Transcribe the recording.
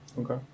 Okay